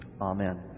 Amen